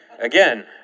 Again